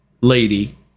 lady